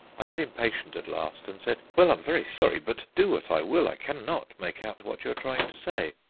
i got impatient at last and said well, i'm very sorry, but do what i will i cannot make out what you are trying to say.